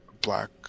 black